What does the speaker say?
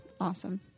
awesome